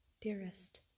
dearest